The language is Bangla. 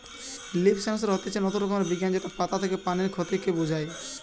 লিফ সেন্সর হতিছে নতুন রকমের বিজ্ঞান যেটা পাতা থেকে পানির ক্ষতি কে বোঝায়